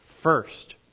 first